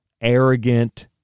arrogant